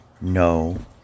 no